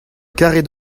karet